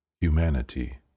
Humanity